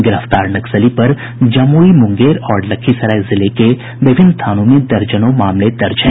गिरफ्तार नक्सली पर जमुई मुंगेर और लखीसराय जिले के विभिन्न थानों में दर्जनों मामले दर्ज हैं